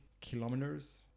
kilometers